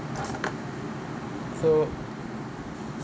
so